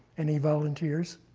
any volunteers?